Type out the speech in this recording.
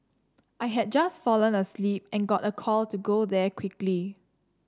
I had just fallen asleep and got a call to go there quickly